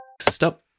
stop